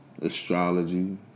astrology